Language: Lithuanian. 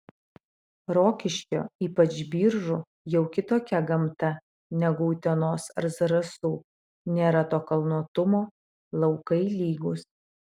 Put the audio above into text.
rokiškio ypač biržų jau kitokia gamta negu utenos ar zarasų nėra to kalnuotumo laukai lygūs